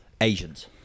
Asians